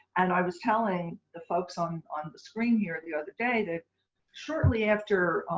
and i was telling the folks on on the screen here the other day that shortly after